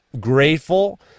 grateful